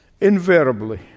invariably